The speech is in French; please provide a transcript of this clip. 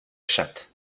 chatte